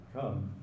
Come